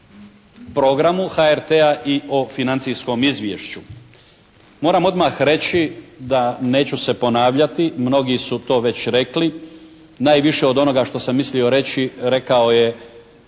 o programu HRT-a i o financijskom izvješću. Moram odmah reći da neću se ponavljati, mnogi su to već rekli. Najviše od onoga što sam mislio reći rekao je